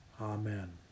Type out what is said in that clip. Amen